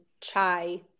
chai